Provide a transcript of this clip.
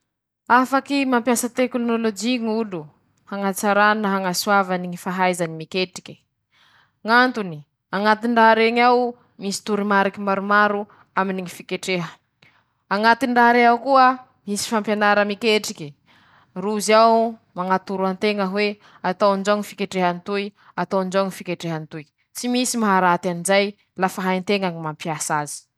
Zaho aloha tsy mahay fa mandevy aminy ñy maripàna ambany ñy rano aminy ñy haambo añabo añy, tsy haiko ñ'antony ro tsy takatsiko zay, satria zaho olo tsy mahay raha, tsy mahay ñy fandehany ñy fampany fandevezany.